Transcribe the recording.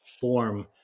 form